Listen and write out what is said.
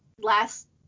last